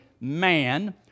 man